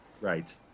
Right